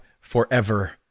forever